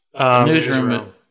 Newsroom